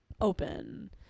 open